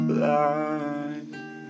life